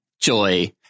Joy